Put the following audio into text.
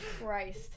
Christ